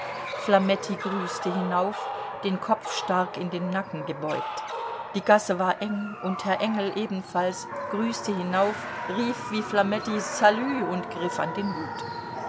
flametti grüßte hinauf den kopf stark in den nacken gebeugt die gasse war eng und herr engel ebenfalls grüßte hinauf rief wie flametti salü und griff an den hut